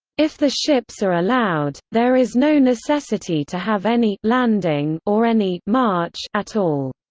if the ships are allowed, there is no necessity to have any landing or any march at all.